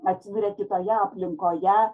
atsiduria kitoje aplinkoje